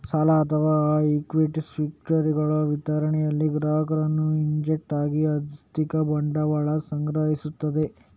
ಸಾಲ ಅಥವಾ ಇಕ್ವಿಟಿ ಸೆಕ್ಯುರಿಟಿಗಳ ವಿತರಣೆಯಲ್ಲಿ ಗ್ರಾಹಕನ ಏಜೆಂಟ್ ಆಗಿ ಆರ್ಥಿಕ ಬಂಡವಾಳ ಸಂಗ್ರಹಿಸ್ತದೆ